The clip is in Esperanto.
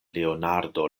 leonardo